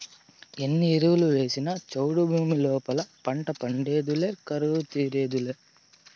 ఎన్ని ఎరువులు వేసినా చౌడు భూమి లోపల పంట పండేదులే కరువు తీరేదులే